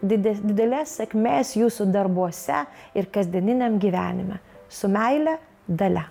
dides didelės sėkmės jūsų darbuose ir kasdieniniam gyvenime su meile dalia